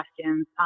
questions